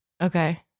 Okay